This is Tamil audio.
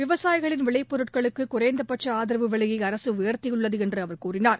விவசாயிகளின் விளைப்பொருட்களுக்கு குறைந்தபட்ச ஆதரவு விலையை அரசு உயர்த்தியுள்ளது என்று அவர் தெரிவித்தார்